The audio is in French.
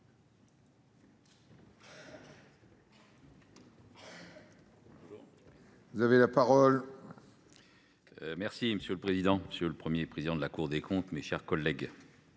Pascal Savoldelli. Monsieur le président, monsieur le Premier président de la Cour des comptes, mes chers collègues,